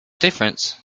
difference